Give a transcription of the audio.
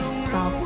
stop